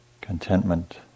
contentment